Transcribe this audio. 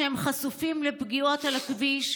כשהם חשופים לפגיעות על הכביש,